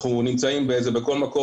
אנחנו נמצאים בכל מקום.